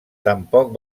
tampoc